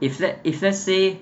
if let if let's say